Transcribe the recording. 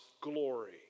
glory